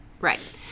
Right